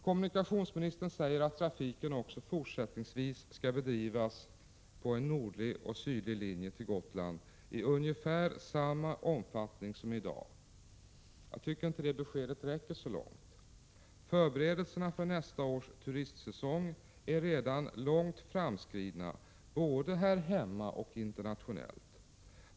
Kommunikationsministern säger att trafiken till Gotland också fortsättningsvis skall bedrivas på en nordlig och en sydlig linje i ungefär samma omfattning som i dag. Det beskedet räcker inte långt. Förberedelserna för nästa års turistsäsong är redan långt framskridna både här hemma och internationellt.